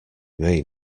may